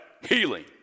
healing